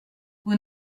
vous